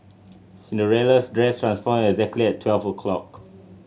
Cinderella's dress transformed exactly at twelve o'clock